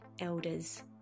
elders